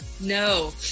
No